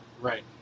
Right